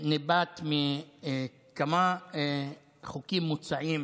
ניבט מכמה חוקים מוצעים